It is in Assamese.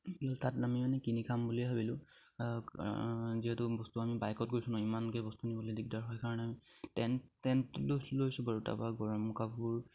তাত আমি মানে কিনি খাম বুলিয়ে ভাবিলোঁ যিহেতু বস্তু আমি বাইকত গৈছোঁ ইমানকে বস্তু নিবলে দিগদাৰ হয় কাৰণে আমি টেণ্ট টেণ্টটো লৈ লৈছোঁ বাৰু তাপা গৰম কাপোৰ